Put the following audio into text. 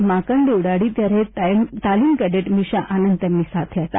માંકડે ઉડાડી ત્યારે તાલીમ કેડેટ મીશા આનંદ તેમની સાથે હતી